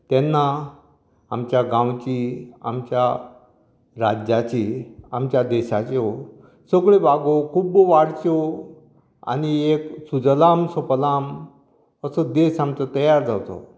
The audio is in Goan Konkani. तेन्ना आमच्या गांवची आमच्या राज्याची आमच्या देशाच्यो सगळो बागो खूब वाडच्यो आनी एक सुजलाम सुफलाम असो देश आमचो तयार जावचो